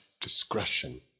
discretion